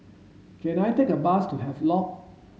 can I take a bus to Havelock